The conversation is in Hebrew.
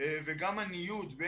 וגם הניוד של